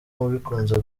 abikunze